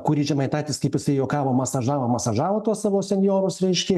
kurį žemaitaitis kaip jisai juokavo masažavo masažavo tuos savo senjorus reiškia